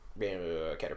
Caterpillar